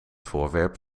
voorwerp